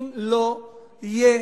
אם לא יהיה